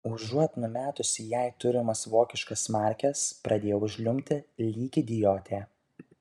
užuot numetusi jai turimas vokiškas markes pradėjau žliumbti lyg idiotė